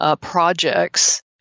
projects